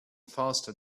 faster